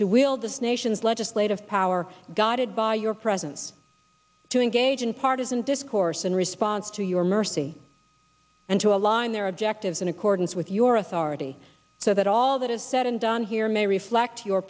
to wield this nation's legislative power guided by your presence to engage in partisan discourse in response to your mercy and to align their objectives in accordance with your authority so that all that is said and done here may reflect your